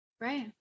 Right